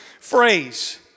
phrase